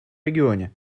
регионе